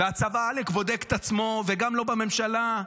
והצבא עלק בודק את עצמו, וגם לא בממשלה.